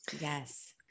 Yes